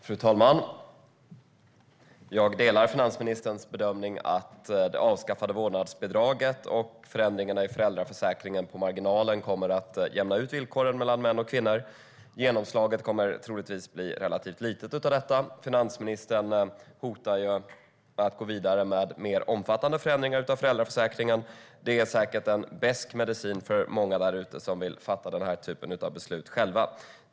Fru talman! Jag delar finansministerns bedömning att det avskaffade vårdnadsbidraget och förändringarna i föräldraförsäkringen på marginalen kommer att jämna ut villkoren mellan män och kvinnor. Men genomslaget av detta kommer troligtvis att bli relativt litet. Finansministern hotar ju att gå vidare med mer omfattande förändringar av föräldraförsäkringen. Det är säkert en besk medicin för många därute som vill fatta den här typen av beslut själva.